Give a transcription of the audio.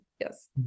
yes